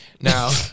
Now